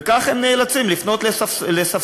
וכך הם נאלצים לפנות לספסרים,